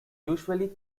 usually